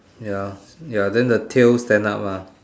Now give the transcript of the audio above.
ya ya then the tail stand up ah